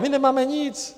My nemáme nic.